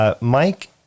Mike